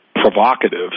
provocative